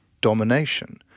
domination